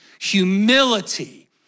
humility